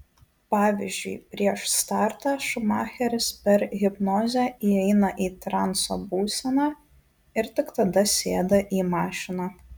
pavyzdžiui prieš startą šumacheris per hipnozę įeina į transo būseną ir tik tada sėda į mašiną